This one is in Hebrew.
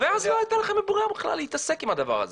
ואז לא הייתה לכם ברירה בכלל להתעסק עם הדבר הזה.